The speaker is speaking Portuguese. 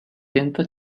tenta